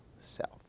self